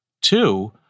Two